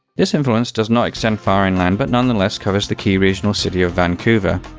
this influence does not extend far inland, but nonetheless, covers the key regional city of vancouver,